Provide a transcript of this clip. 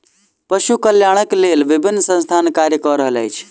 पशु कल्याणक लेल विभिन्न संस्थान कार्य क रहल अछि